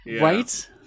right